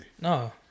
No